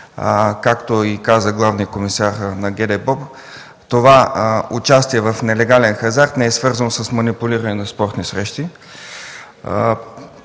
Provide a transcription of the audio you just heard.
Както каза и главният комисар на ГДБОП, това участие в нелегален хазарт не е свързано с манипулиране на спортни срещи.